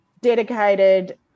dedicated